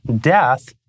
death